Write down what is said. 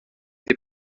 des